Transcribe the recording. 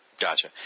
Gotcha